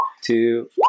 two